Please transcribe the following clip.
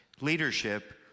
leadership